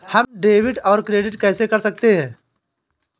हम डेबिटऔर क्रेडिट कैसे कर सकते हैं?